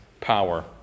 power